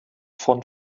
von